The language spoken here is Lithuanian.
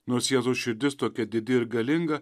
nors jėzaus širdis tokia didi ir galinga